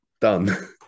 done